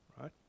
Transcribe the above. right